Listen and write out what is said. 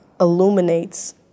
illuminates